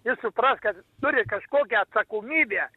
jis supras kad turi kažkokią atsakomybę